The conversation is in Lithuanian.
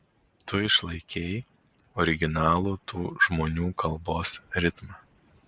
tu išlaikei originalų tų žmonių kalbos ritmą